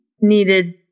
needed